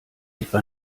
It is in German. etwa